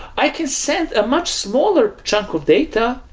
i can send a much smaller chunk of data,